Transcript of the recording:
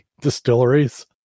distilleries